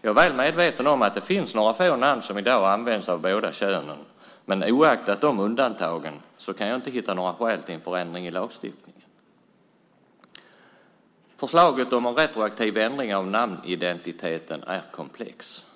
Jag är väl medveten om att det finns några få namn som i dag används av båda könen, men oaktat de undantagen kan jag inte hitta några skäl till en förändring i lagstiftningen. Förslaget om en retroaktiv ändring av namnidentiteten är komplex.